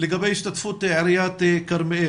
ברשותך נשמע את חבר הכנסת אוסאמה סעדי ואחר כך נעבור